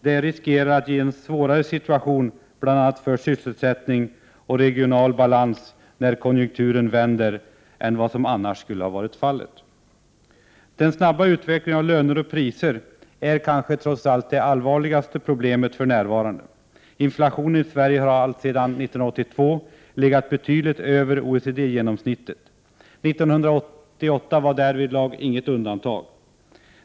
Detta riskerar att ge en svårare situation bl.a. för sysselsättning och regional balans när konjunkturen vänder än vad som annars skulle ha varit fallet. Den snabba utvecklingen av löner och priser är kanske trots allt det allvarligaste problemet för närvarande. Inflationen i Sverige har alltsedan 1982 legat betydligt över OECD-genomsnittet, och 1988 var därvidlag inget undantag.